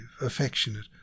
affectionate